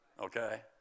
okay